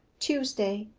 tuesday,